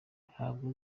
ntabwo